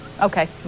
Okay